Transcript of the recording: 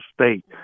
State